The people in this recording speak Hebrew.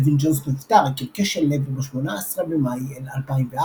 אלווין ג'ונס נפטר עקב כשל לב ב-18 במאי 2004,